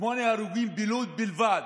שמונה הרוגים בלוד בלבד.